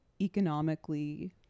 economically